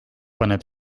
paneb